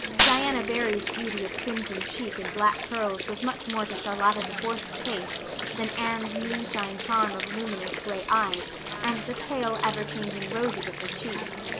diana barry's beauty of crimson cheek and black curls was much more to charlotta the fourth's taste than anne's moonshine charm of luminous gray eyes and the pale, everchanging roses of her cheeks.